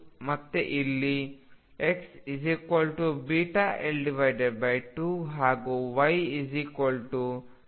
ಮತ್ತೆ ಎಲ್ಲಿ XβL2 ಹಾಗೂ YαL2 ಇರುತ್ತದೆ